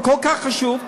זה כל כך חשוב,